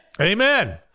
amen